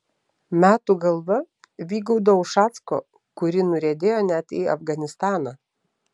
metų galva vygaudo ušacko kuri nuriedėjo net į afganistaną